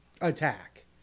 attack